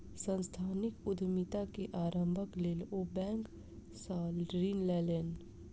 सांस्थानिक उद्यमिता के आरम्भक लेल ओ बैंक सॅ ऋण लेलैन